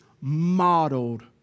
modeled